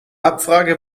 abfrage